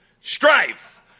Strife